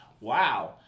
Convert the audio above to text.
Wow